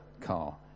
car